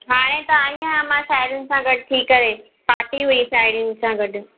हाणे त आई आहियां मां साहेड़युनि सां गॾु थी करे पार्टी हुई साहेड़युनि सां गॾु